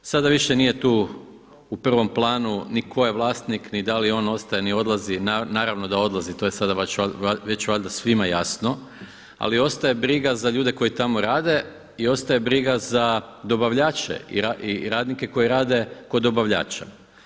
Sada više nije tu u prvom planu ni tko je vlasnik i ni da li on ostaje ni odlazi, naravno da odlazi to je sada već valjda svima jasno, ali ostaje briga za ljude koji tamo rade i ostaje briga za dobavljače i radnike koji rade kod dobavljača.